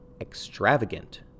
extravagant